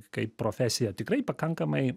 kaip profesija tikrai pakankamai